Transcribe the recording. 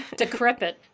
decrepit